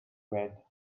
red